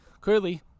Clearly